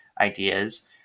ideas